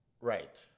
Right